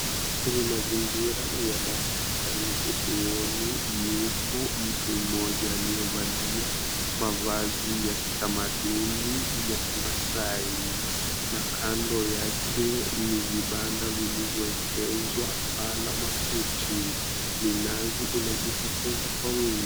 Hii ni mazingira ya bahari. Ufuoni yupo mtu mmoja aliyevalia mavazi ya kitamaduni ya Kimaasai na kando yake ni vibanda viliyoekezwa paa la makuti. Minazi inajitokeza kwa wingi.